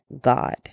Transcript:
God